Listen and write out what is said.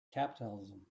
capitalism